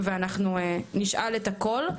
ואנחנו נשאל את הכל,